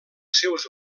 seus